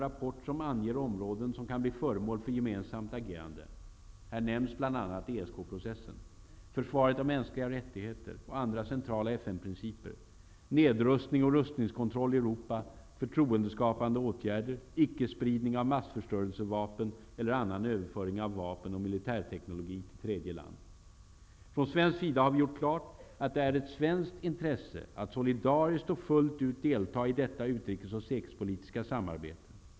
Från svensk sida har vi gjort klart att det är ett svenskt intresse att solidariskt och fullt ut delta i detta utrikes och säkerhetspolitiska samarbete.